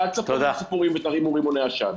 ואל תספרו סיפורים ותרימו רימוני עשן.